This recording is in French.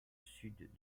sud